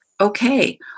okay